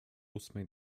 ósmej